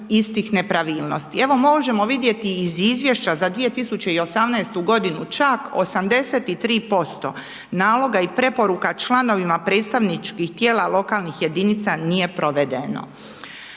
Evo možemo vidjeti iz izvješća za 2018. g. čak 83% naloga i preporuka članovima predstavničkih tijela lokalnih jedinica nije provedeno.